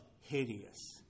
hideous